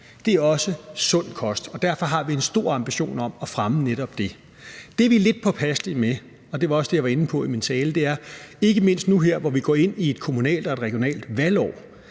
også er sund kost, og derfor har vi en stor ambition om at fremme netop det. Det, som vi er lidt påpasselige med – det var også det, jeg var inde på i min tale – ikke mindst nu her, hvor vi går ind i et kommunalt og et regionalt valgår,